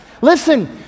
Listen